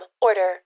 order